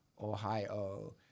Ohio